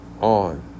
on